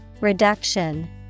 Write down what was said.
Reduction